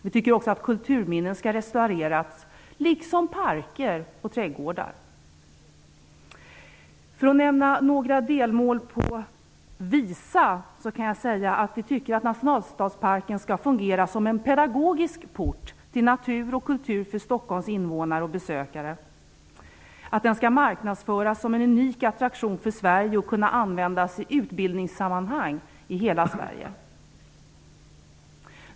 Vi tycker också att kulturminnen skall restaureras, liksom parker och trädgårdar. När det gäller delmålen för att visa tycker vi att nationalstadsparken skall fungera pedagogisk port till natur och kultur för Stockholms invånare och besökare. Den skall marknadsföras som en unik attraktion för Sverige och kunna användas i utbildningssammanhang i hela Sverige.